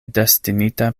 destinita